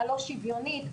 הלא שוויונית,